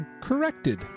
corrected